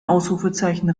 ausrufezeichen